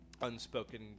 unspoken